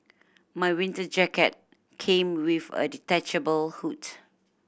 my winter jacket came with a detachable hood